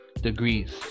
degrees